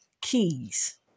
keys